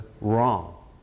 wrong